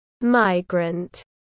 Migrant